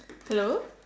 hello